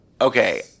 Okay